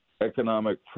economic